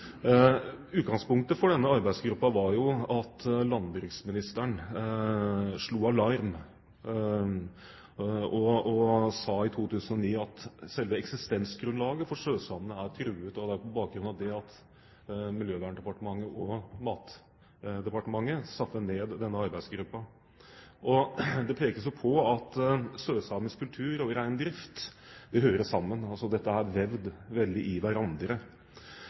Utgangspunktet for denne arbeidsgruppen var jo at landbruksministeren slo alarm og sa i 2009 at selve eksistensgrunnlaget for sjøsamene var truet. Det er på bakgrunn av det Miljøverndepartementet og Landbruks- og matdepartementet satte ned denne arbeidsgruppen. Det pekes på at sørsamisk kultur og reindrift hører sammen; dette er vevd veldig i hverandre.